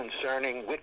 concerning